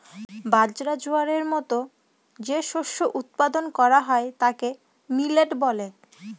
বাজরা, জোয়ারের মতো যে শস্য উৎপাদন করা হয় তাকে মিলেট বলে